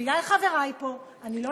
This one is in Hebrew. ובגלל חברי פה אני לא נאמתי,